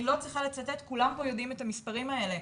לא צריכה לצטט כי כולם כאן יודעים את המספרים האלה.